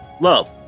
love